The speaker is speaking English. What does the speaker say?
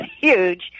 huge